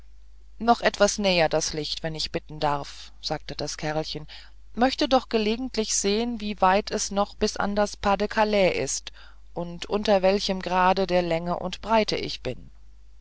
noch etwas näher das licht wenn ich bitten darf sagte das kerlchen möchte nur gelegentlich sehen wie weit es noch bis an den pas de calais ist und unter welchem grad der länge und breite ich bin